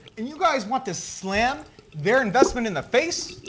and you guys want to slam their investment in the face?